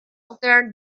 unter